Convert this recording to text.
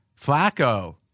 Flacco